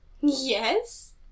Yes